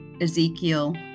Ezekiel